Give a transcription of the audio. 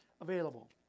Available